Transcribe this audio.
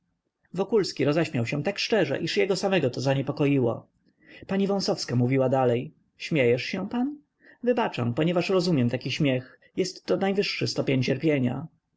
człowieka wokulski roześmiał się tak szczerze iż jego samego to zaniepokoiło pani wąsowska mówiła dalej śmiejesz się pan wybaczam ponieważ rozumiem taki śmiech jestto najwyższy stopień cierpienia